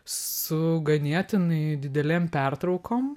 su ganėtinai didelėm pertraukom